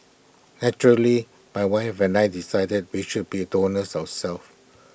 naturally my wife and I decided we should be donors ourself